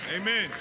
Amen